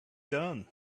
done